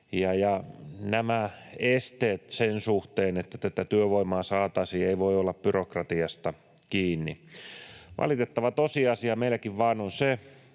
nämä esteet sen suhteen, että tätä työvoimaa saataisiin, eivät voi olla byrokratiasta kiinni. Valitettava tosiasia meilläkin vain on se,